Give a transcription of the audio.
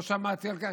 לא שמעתי על כך.